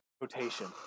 Rotation